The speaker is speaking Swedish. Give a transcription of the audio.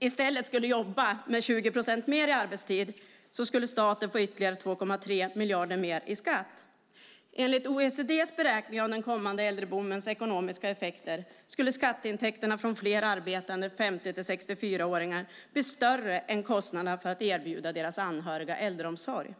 i stället skulle jobba med 20 procent mer i arbetstid skulle staten få in ytterligare 2,3 miljarder mer skatt. Enligt OECD:s beräkningar av den kommande äldreboomens ekonomiska effekter skulle skatteintäkterna från fler arbetande 50-64-åringar bli större än kostnaderna för att erbjuda deras anhöriga äldreomsorg.